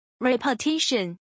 Repetition